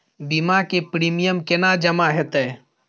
बीमा के प्रीमियम केना जमा हेते?